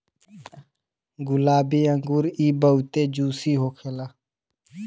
गुलाबी अंगूर इ बहुते जूसी होखेला